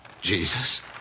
Jesus